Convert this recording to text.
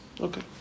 Okay